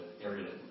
area